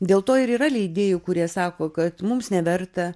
dėl to ir yra leidėjų kurie sako kad mums neverta